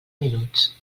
minuts